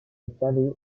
calais